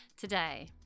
Today